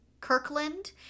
Kirkland